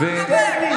כמה זמן?